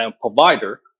provider